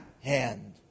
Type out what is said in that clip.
hand